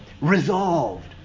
resolved